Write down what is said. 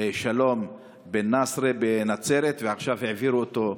שלום בנסרה, בנצרת, ועכשיו העבירו אותו,